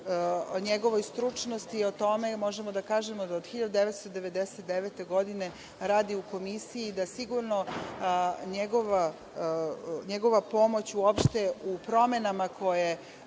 o njegovoj stručnosti, možemo da kažemo da od 1999. godine radi u Komisiji i da sigurno njegova pomoć uopšte u promenama koje